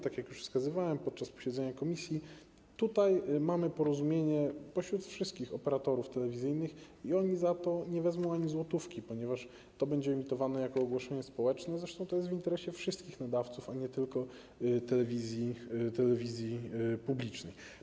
Tak jak już wskazywałem podczas posiedzenia komisji, mamy tutaj porozumienie pośród wszystkich operatorów telewizyjnych i oni za to nie wezmą ani złotówki, ponieważ to będzie emitowane jako ogłoszenie społeczne, zresztą to jest w interesie wszystkich nadawców, a nie tylko telewizji publicznej.